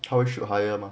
他们 shoot higher mah